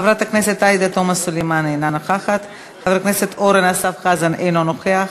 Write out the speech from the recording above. חברת הכנסת עאידה תומא סלימאן, אינה נוכחת,